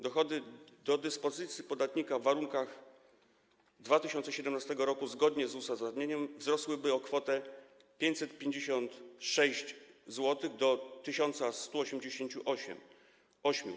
Dochody do dyspozycji podatnika w warunkach 2017 r. zgodnie z uzasadnieniem wzrosłyby o kwotę 556 zł, do 1188 zł.